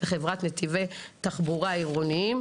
"חברת נתיבי תחבורה עירוניים",